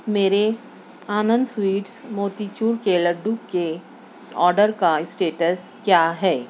میرے آنند سویٹس موتی چور کے لڈو کے آڈر کا اسٹیٹس کیا ہے